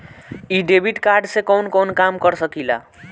इ debit card से कवन कवन काम कर सकिला?